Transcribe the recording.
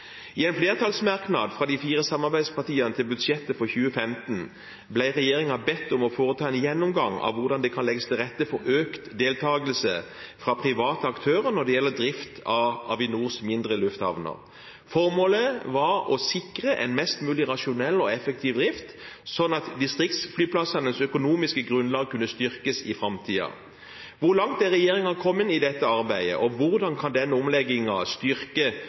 I en flertallsmerknad fra de fire samarbeidspartiene til budsjettet for 2015 ble regjeringen bedt om å foreta en gjennomgang av hvordan det kan legges til rette for økt deltakelse fra private aktører når det gjelder drift av Avinors mindre lufthavner. Formålet var å sikre en mest mulig rasjonell og effektiv drift, sånn at distriktsflyplassenes økonomiske grunnlag kunne styrkes i framtiden. Hvor langt er regjeringen kommet i dette arbeidet, og hvordan kan denne omleggingen styrke